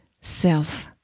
self